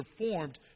performed